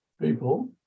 people